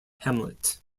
hamlet